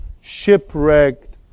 shipwrecked